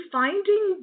finding